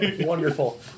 Wonderful